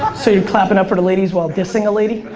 so you're clapping up for the ladies while dissing a lady?